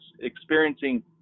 experiencing